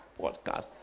podcast